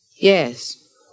Yes